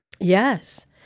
Yes